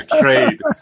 trade